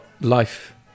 life